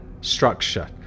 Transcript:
structure